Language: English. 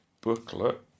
Booklet